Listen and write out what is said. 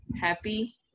Happy